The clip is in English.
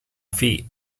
feet